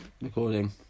recording